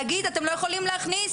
להגיד אתם לא יכולים להכניס,